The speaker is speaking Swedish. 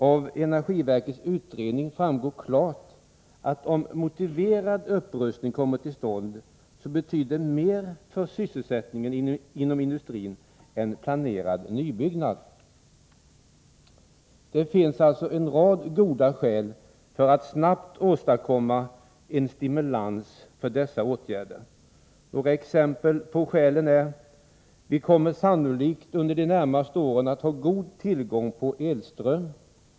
Av energiverkets utredning framgår klart att om motiverad upprustning kommer till stånd så betyder det mer för sysselsättningen inom industrin än planerad nybyggnad. Det finns alltså en rad goda skäl för att snabbt åstadkomma en stimulans för dessa åtgärder. Några exempel på sådana skäl är: 1. Vi kommer sannolikt under de närmaste åren att ha god tillgång på elström.